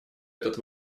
этот